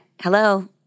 hello